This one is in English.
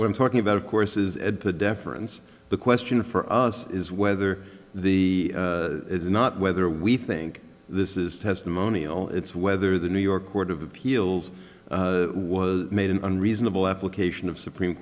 when talking about of course is at the deference the question for us is whether the it's not whether we think this is testimonial it's whether the new york court of appeals was made an unreasonable application of supreme